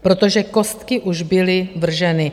Protože kostky už byly vrženy.